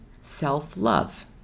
self-love